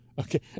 Okay